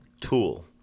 tool